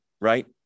right